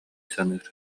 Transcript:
саныыр